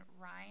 Ryan